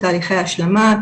תהליכי השלמה,